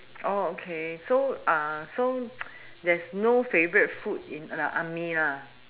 oh okay so uh so there's no favorite food in the army lah